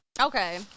okay